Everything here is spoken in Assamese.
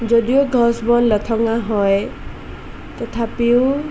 যদিও গছ বন লঠঙা হয় তথাপিও